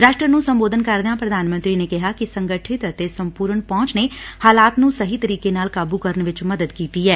ਰਾਸ਼ਟਰ ਨੂੰ ਸੰਬੋਧਨ ਕਰਦਿਆਂ ਪ੍ਰਧਾਨ ਮੰਤਰੀ ਨੇ ਕਿਹਾ ਕਿ ਸੰਗਠਿਤ ਅਤੇ ਸੰਪੁਰਨ ਪਹੁੰਚ ਨੇ ਹਾਲਾਤ ਨੂੰ ਸਹੀ ਤੇਰੀਕੇ ਨਾਲ ਕਾਬੁ ਕਰਨ ਵਿਚ ਮਦਦ ਕੀਤੀ ਐ